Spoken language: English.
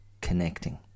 Connecting